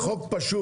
זה חוק פשוט.